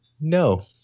No